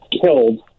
killed